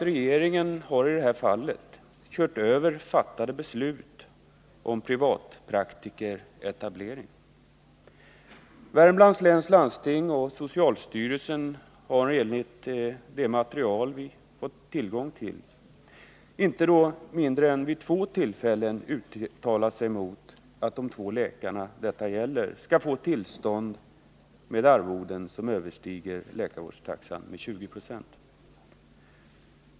Regeringen har i det här fallet kört över fattade beslut om privatpraktikeretablering. Värmlands läns landsting och socialstyrelsen har enligt det material vi fått tillgång till vid inte mindre än två tillfällen uttalat sig mot att de två läkare som det gäller skall få tillstånd att tillämpa arvoden som överstiger läkarvårdstaxan med 20 20.